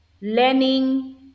learning